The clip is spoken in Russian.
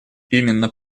именно